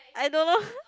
I don't know